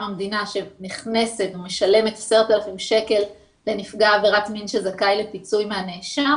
המדינה שמשלמת 10,000 שקלים לנפגע עבירת מין שזכאי לפיצוי מהנאשם.